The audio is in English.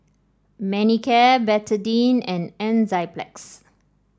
Manicare Betadine and Enzyplex